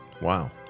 wow